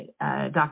Dr